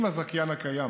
אם הזכיין הקיים